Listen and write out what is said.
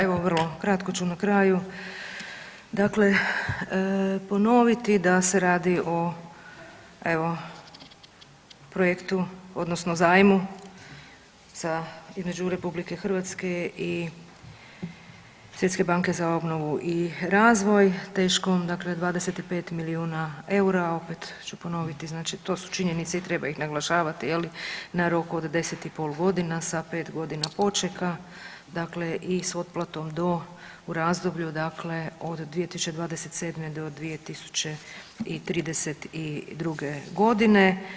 Evo vrlo kratko ću na kraju, dakle ponoviti da se radi o evo projektu odnosno zajmu za, između RH i Svjetske banke za obnovu i razvoj teškom dakle 25 milijuna eura, opet ću ponoviti, znači to su činjenice i treba ih naglašavati je li na rok od 10,5.g. sa 5.g. počeka dakle i s otplatom do, u razdoblju dakle od 2027. do 2032.g.